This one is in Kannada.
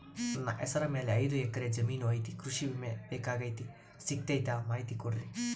ನನ್ನ ಹೆಸರ ಮ್ಯಾಲೆ ಐದು ಎಕರೆ ಜಮೇನು ಐತಿ ಕೃಷಿ ವಿಮೆ ಬೇಕಾಗೈತಿ ಸಿಗ್ತೈತಾ ಮಾಹಿತಿ ಕೊಡ್ರಿ?